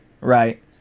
right